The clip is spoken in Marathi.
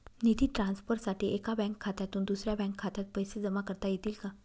निधी ट्रान्सफरसाठी एका बँक खात्यातून दुसऱ्या बँक खात्यात पैसे जमा करता येतील का?